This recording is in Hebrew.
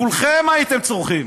כולכם הייתם צורחים.